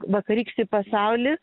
vakarykštį pasaulį